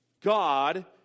God